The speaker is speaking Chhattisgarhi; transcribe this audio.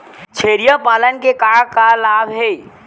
छेरिया पालन के का का लाभ हे?